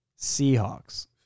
Seahawks